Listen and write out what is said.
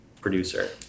producer